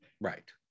Right